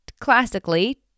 classically